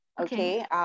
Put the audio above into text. okay